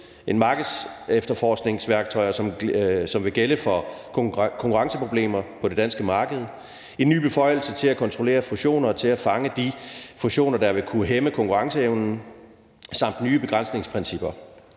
et markedsefterforskningsværktøj, som vil gælde for konkurrenceproblemer på det danske marked, en ny beføjelse til at kontrollere fusioner og til at fange de fusioner, der vil kunne hæmme konkurrenceevnen, samt nye begrænsningsprincipper.